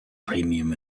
premium